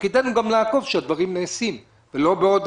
תפקידנו גם לעקוב שהדברים נעשים ולא שבעוד